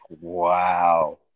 wow